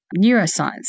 neuroscience